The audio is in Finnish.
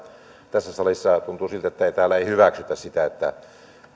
tässä salissa tuntuu siltä että täällä ei hyväksytä sitä että